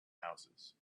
houses